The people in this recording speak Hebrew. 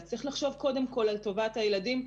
אז צריך לחשוב קודם כל על טובת הילדים,